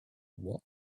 what